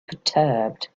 perturbed